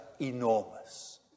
enormous